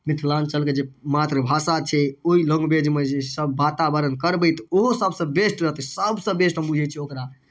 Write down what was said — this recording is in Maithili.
मिथिलाञ्चलके जे मातृभाषा छै ओहि लैंग्वेजमे जे छै से सभ वातावरण करबै तऽ ओ सभसँ बेस्ट रहतै सभसँ बेस्ट हम बूझैत छियै ओकरा